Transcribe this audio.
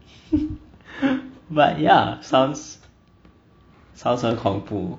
but yeah sounds sounds 很恐怖